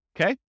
Okay